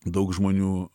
daug žmonių